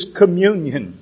communion